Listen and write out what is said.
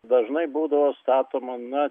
dažnai būdavo statoma na